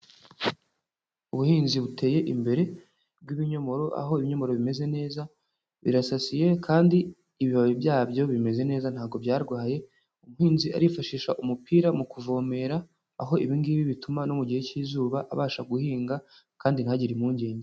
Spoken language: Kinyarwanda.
Ubuhinzi buteye imbere bw'ibinyomoro, aho ibyomoro bimeze neza, birasasiye kandi ibibabi byabyo bimeze neza ntabwo byarwaye, umuhinzi arifashisha umupira mu kuvomera aho ibi ngibi bituma no mu gihe k'izuba abasha guhinga kandi ntagire impungenge.